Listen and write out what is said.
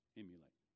emulate